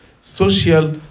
Social